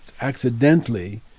accidentally